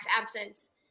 absence